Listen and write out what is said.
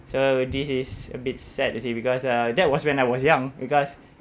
so this is a bit sad you see because uh that was when I was young because